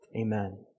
Amen